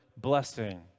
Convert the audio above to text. blessing